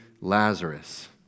Lazarus